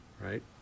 right